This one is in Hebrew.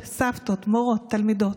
מורות, תלמידות,